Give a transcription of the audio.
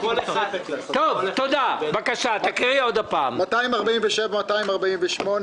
רוויזיה על בקשות מספר 247 248,